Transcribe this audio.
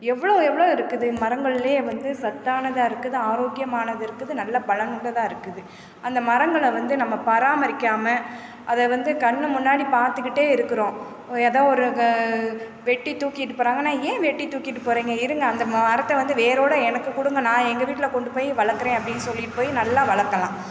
எவ்வளோ எவ்வளோ இருக்குது மரங்கள்லே வந்து சத்தானதாக இருக்குது ஆரோக்கியமானது இருக்குது நல்ல பலனுள்ளதாக இருக்குது அந்த மரங்களை வந்து நம்ம பராமரிக்காமல் அதை வந்து கண் முன்னாடி பார்த்துக்கிட்டே இருக்கிறோம் ஏதோ ஒரு க வெட்டி தூக்கிட்டுப் போகிறாங்கன்னா ஏன் வெட்டி தூக்கிட்டு போகிறீங்க இருங்கள் அந்த மரத்தை வந்து வேரோட எனக்கு கொடுங்க நான் எங்கள் வீட்டில கொண்டு போய் வளர்க்குறேன் அப்படின்னு சொல்லிட்டு போய் நல்லா வளர்க்கலாம்